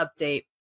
update